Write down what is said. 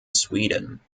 sweden